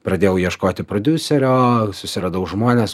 pradėjau ieškoti prodiuserio susiradau žmones